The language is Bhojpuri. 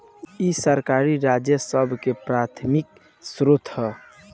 इ सरकारी राजस्व के प्राथमिक स्रोत ह